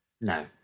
No